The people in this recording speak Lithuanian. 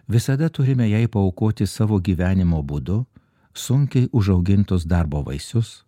visada turime jai paaukoti savo gyvenimo būdu sunkiai užaugintus darbo vaisius